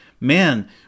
man